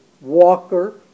Walker